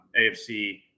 AFC